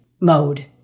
mode